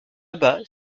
bas